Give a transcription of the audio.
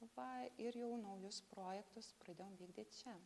va ir jau naujus projektus pradėjom vykdyt čia